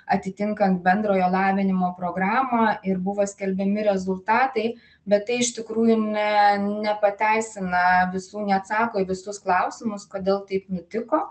atitinkant bendrojo lavinimo programą ir buvo skelbiami rezultatai bet tai iš tikrųjų ne nepateisina visų neatsako į visus klausimus kodėl taip nutiko